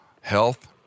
health